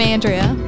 Andrea